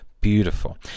beautiful